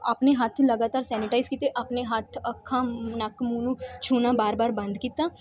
ਆਪਣੇ ਹੱਥ ਲਗਾਤਾਰ ਸੈਨੀਟਾਈਜ਼ ਕੀਤੇ ਆਪਣੇ ਹੱਥ ਅੱਖਾਂ ਨੱਕ ਮੂੰਹ ਨੂੰ ਛੂਹਣਾ ਬਾਰ ਬਾਰ ਬੰਦ ਕੀਤਾ